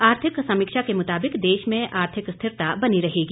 आर्थिक समीक्षा के मुताबिक देश में आर्थिक स्थिरता बनी रहेगी